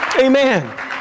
Amen